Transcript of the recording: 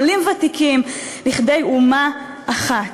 עולים וותיקים לכדי אומה אחת,